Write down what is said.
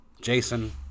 Jason